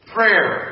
Prayer